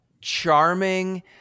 charming